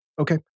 Okay